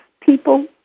people